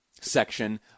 section